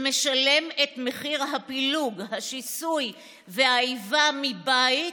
שמשלם את מחיר הפילוג, השיסוי והאיבה מבית,